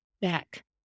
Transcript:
back